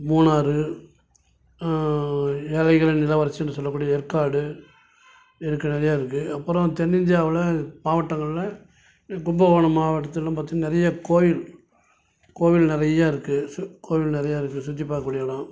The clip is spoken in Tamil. மூணாரு ஏழைகளின் இளவரசி என்று சொல்லக்கூடிய ஏற்காடு இருக்குது நிறையா இருக்குது அப்புறம் தென்னிந்தியாவில் மாவட்டங்களில் கும்பகோணம் மாவட்டத்தில் பார்த்தீங்கனா நிறையா கோவில் கோவில் நிறையா இருக்குது சு கோவில் நிறையா இருக்குது சுற்றி பார்க்கக்கூடிய இடம்